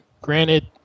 granted